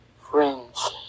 friends